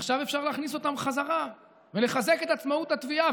עכשיו אפשר להכניס אותם חזרה ולחזק את עצמאות התביעה.